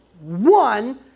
one